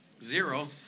zero